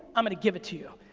i'm gonna give it to you.